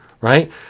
right